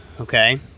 Okay